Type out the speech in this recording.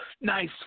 Nice